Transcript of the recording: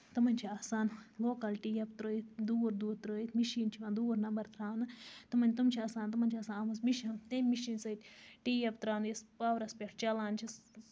تِمَن چھِ آسسان لوکَل ٹیب ترٲوِتھ دوٗر دوٗر ترٲوِتھ مِشیٖن چھُ یِوان دوٗر نَمبر تراونہٕ تِمَن تِم چھِ آسان تِمَن چھِ آسان آمٔژ مِشیٖن تَمہِ مِشیٖن سۭتۍ ٹیب تراونہٕ یُس پاورَس پٮ۪ٹھ چَلان چھِ